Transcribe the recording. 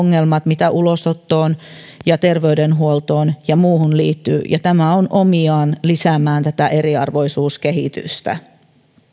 ongelmat joita ulosottoon terveydenhuoltoon ja muuhun liittyy tämä on omiaan lisäämään tätä eriarvoisuuskehitystä